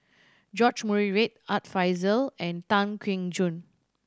George Murray Reith Art Fazil and Tan Keong Choon